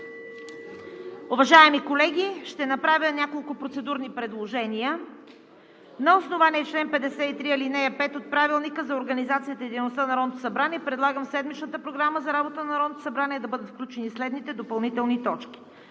Уважаеми колеги, ще направя няколко процедурни предложения: На основание чл. 53, ал. 5 от Правилника за организацията и дейността на Народното събрание предлагам в седмичната Програма за работа на Народното събрание да бъдат включени следните допълнителни точки: